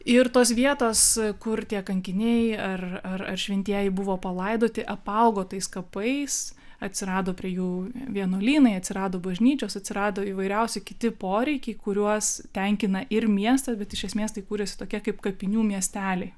ir tos vietos kur tie kankiniai ar ar ar šventieji buvo palaidoti apaugo tais kapais atsirado prie jų vienuolynai atsirado bažnyčios atsirado įvairiausi kiti poreikiai kuriuos tenkina ir miestas bet iš esmės tai kūrėsi tokie kaip kapinių miesteliai